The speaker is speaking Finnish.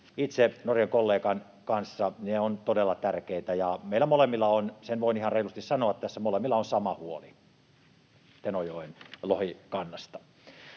itse Norjan kollegan kanssa — ovat todella tärkeitä, ja meillä molemmilla on — sen voin ihan reilusti sanoa tässä — sama huoli Tenojoen lohikannasta.